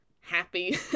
happy